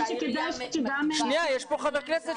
שהעירייה --- חברת הכנסת